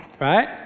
Right